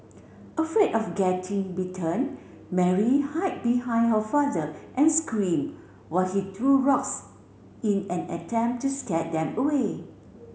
afraid of getting bitten Mary hide behind her father and scream while he threw rocks in an attempt to scare them away